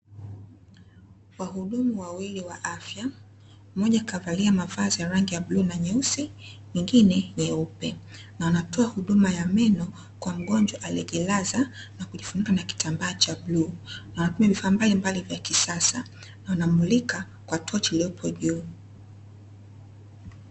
Wahudumu wawili wa afya mmoja kavalia mavazi ya rangi ya bluu na nyeusi mwingine nyeupe, na wanatoa huduma ya meno kwa mgonjwa aliyejilaza na kufunikwa kwa kitambaa cha bluu, wanatumia vifaa mbalimbali vya kisasa na wanamulika kwa tochi iliyopo juu.